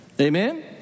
Amen